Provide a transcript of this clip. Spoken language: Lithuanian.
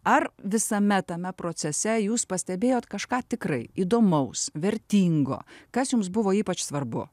ar visame tame procese jūs pastebėjot kažką tikrai įdomaus vertingo kas jums buvo ypač svarbu